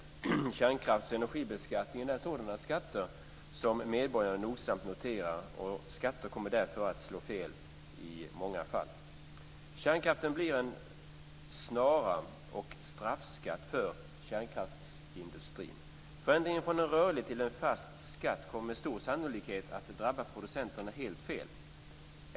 Kärnkraftsbeskattningen och energibeskattningen är sådana skatter som medborgarna nogsamt noterar, och skatter kommer därför att slå fel i många fall. Kärnkraftsbeskattningen blir en snara och straffskatt för kärnkraftsindustrin. Förändringen från en rörlig till en fast skatt kommer med stor sannolikhet att drabba producenterna helt fel.